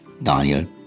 Daniel